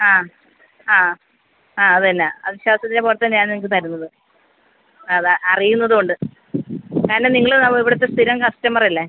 ആ ആ ആ അതുതന്നെ ആ വിശ്വാസത്തിൻ്റെ പുറത്താണ് ഞാൻ നിങ്ങൾക്ക് തരുന്നത് അതാ അറിയുന്നത് കൊണ്ട് കാരണം നിങ്ങൾ ഇവിടുത്തെ സ്ഥിരം കസ്റ്റമർ അല്ലേ